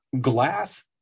Glass